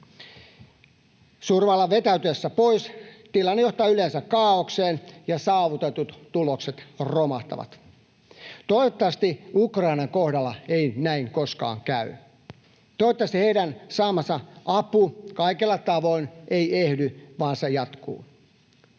Suurvallan vetäytyessä pois tilanne johtaa yleensä kaaokseen ja saavutetut tulokset romahtavat. Toivottavasti Ukrainan kohdalla ei näin koskaan käy. Toivottavasti heidän saamansa apu kaikella tavoin ei ehdy, vaan se jatkuu.